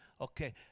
Okay